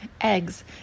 eggs